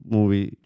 Movie